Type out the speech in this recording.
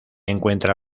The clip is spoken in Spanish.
encuentra